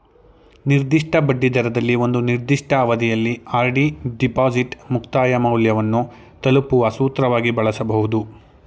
ನಿರ್ದಿಷ್ಟ ಬಡ್ಡಿದರದಲ್ಲಿ ಒಂದು ನಿರ್ದಿಷ್ಟ ಅವಧಿಯಲ್ಲಿ ಆರ್.ಡಿ ಡಿಪಾಸಿಟ್ ಮುಕ್ತಾಯ ಮೌಲ್ಯವನ್ನು ತಲುಪುವ ಸೂತ್ರವಾಗಿ ಬಳಸಬಹುದು